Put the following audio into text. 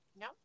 No